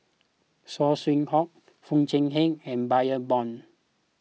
Saw Swee Hock Foo Chee Han and Bani Buang